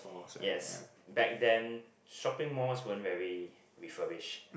yes back then shopping malls won't very refurnish